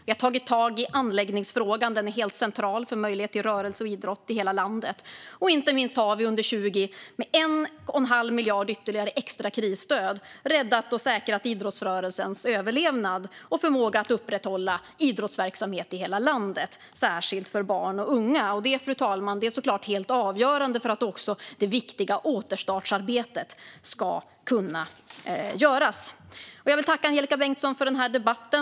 Vi har tagit tag i anläggningsfrågan; den är helt central för möjlighet till rörelse och idrott i hela landet. Inte minst har vi under 2020 med 1 1⁄2 miljard i extra krisstöd räddat idrottsrörelsen och säkrat dess överlevnad och förmåga att upprätthålla idrottsverksamhet i hela landet, särskilt för barn och unga. Det, fru talman, är såklart också helt avgörande för att det viktiga återstartsarbetet ska kunna göras. Jag vill tacka Angelika Bengtsson för denna debatt.